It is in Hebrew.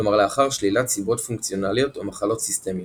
כלומר לאחר שלילת סיבות פונקציונליות או מחלות סיסטמיות.